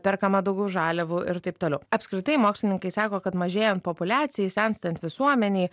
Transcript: perkama daugiau žaliavų ir taip toliau apskritai mokslininkai sako kad mažėjant populiacijai senstant visuomenei